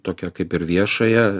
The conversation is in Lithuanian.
tokią kaip ir viešąją